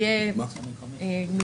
נכון.